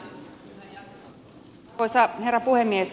arvoisa herra puhemies